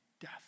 death